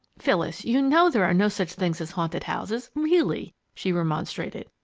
phyllis, you know there are no such things as haunted houses really! she remonstrated.